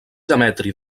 demetri